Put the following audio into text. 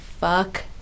fuck